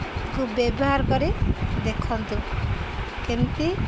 ତାକୁ ବ୍ୟବହାର କରି ଦେଖନ୍ତୁ କେମିତି